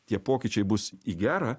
tie pokyčiai bus į gera